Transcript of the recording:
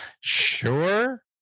sure